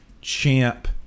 champ